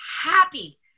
happy